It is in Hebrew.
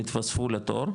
התווספו לתור,